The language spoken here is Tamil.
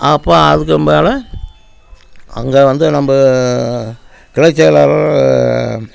அப்போ அதுக்கும் மேலே அங்கே வந்து நம்ம கிளைச் செயலாளர்